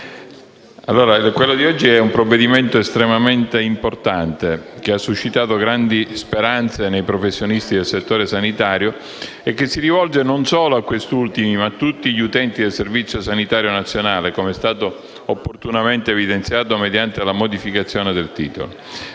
quello di oggi è un provvedimento estremamente importante, che ha suscitato grandi speranze nei professionisti del settore sanitario e che si rivolge non solo a questi ultimi, ma a tutti gli utenti del Servizio sanitario nazionale, come è stato opportunamente evidenziato mediante la modificazione del titolo.